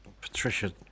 Patricia